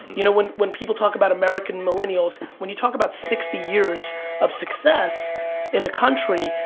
you know when when people talk about american millennials, when you talk about sixty years of success in a country,